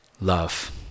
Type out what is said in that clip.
Love